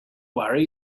worry